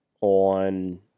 on